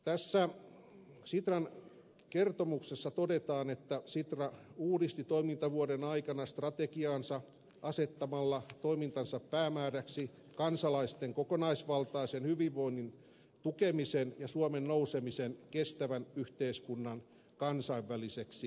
tässä sitran kertomuksessa todetaan että sitra uudisti toimintavuoden aikana strategiaansa asettamalla toimintansa päämääräksi kansalaisten kokonaisvaltaisen hyvinvoinnin tukemisen ja suomen nousemisen kestävän yhteiskunnan kansainväliseksi esikuvaksi